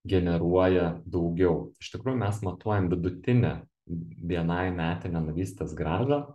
generuoja daugiau iš tikrųjų mes matuojam vidutinę bni metinę narystės grąžą